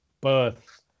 birth